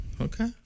Okay